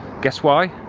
guess why?